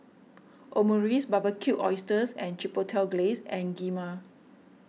Omurice Barbecued Oysters with Chipotle Glaze and Kheema